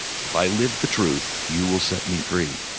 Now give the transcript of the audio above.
if i live the truth, you will set me free.